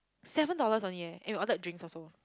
seven dollars only leh and we ordered drinks also